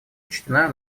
учтена